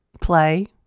play